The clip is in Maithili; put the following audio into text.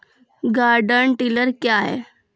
गार्डन टिलर क्या हैं?